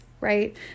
right